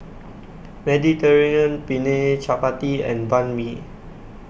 Mediterranean Penne Chapati and Banh MI